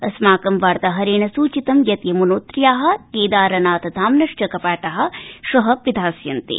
अस्माकं वार्ताहरेण सूचितं यत् यम्नोत्र्या केदारनाथ धाम्नश्च कपाटा श्व पिधास्यन्ते